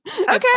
okay